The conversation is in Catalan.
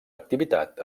activitat